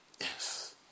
Yes